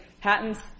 patents